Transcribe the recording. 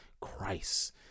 Christ